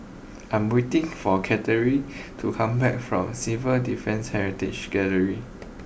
I am waiting for Katharyn to come back from Civil Defence Heritage Gallery